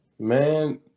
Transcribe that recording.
Man